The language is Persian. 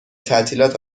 تعطیلات